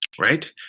Right